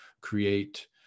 create